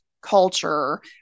culture